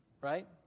right